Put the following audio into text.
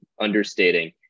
understating